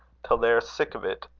till they are sick of it?